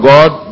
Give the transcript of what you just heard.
God